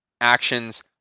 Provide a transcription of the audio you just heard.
actions